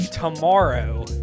Tomorrow